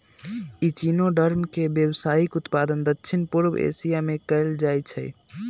echinoderm के व्यावसायिक उत्पादन दक्षिण पूर्व एशिया में कएल जाइ छइ